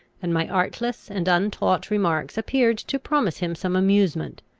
and my artless and untaught remarks appeared to promise him some amusement.